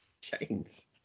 Chains